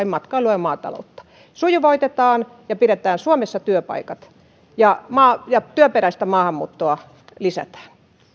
matkailua ja maataloutta sujuvoitetaan ja pidetään suomessa työpaikat ja työperäistä maahanmuuttoa lisätään